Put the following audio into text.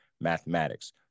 mathematics